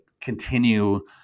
continue